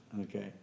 okay